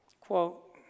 Quote